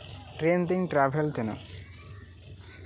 train ᱛᱤᱧ travel ᱛᱟᱦᱮᱸᱱᱟ